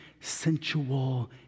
sensual